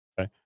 okay